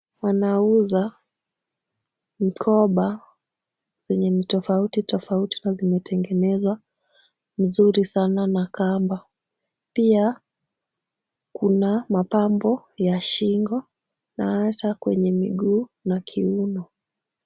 Wanauza mkoba yenye ni tofauti tofauti na zimetengenezwa mzuri sana na kamba. Pia kuna mapambo ya shingo na hata kwenye miguu na kiuno.